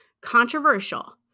controversial